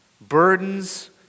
burdens